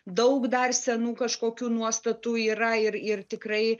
daug dar senų kažkokių nuostatų yra ir ir tikrai